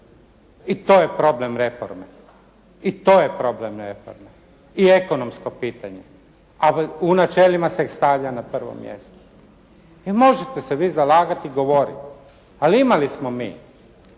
I to je problem reforme. I to je problem reforme i ekonomsko pitanje, a u načelima se ih stavlja na prvo mjesto. I možete se vi zalagati i govoriti, ali imali smo mi